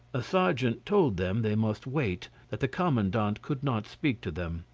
a sergeant told them they must wait, that the commandant could not speak to them,